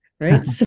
right